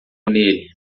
nele